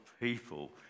people